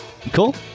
Cool